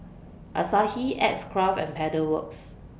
Asahi X Craft and Pedal Works